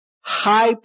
high